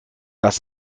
das